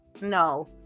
No